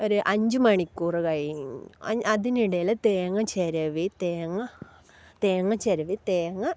ഒരു അഞ്ച് മണിക്കൂർ കഴിയും അതിനിടയിൽ തേങ്ങ ചിരവി തേങ്ങ ചിരവി തേങ്ങ